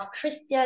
Christian